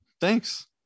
thanks